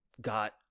got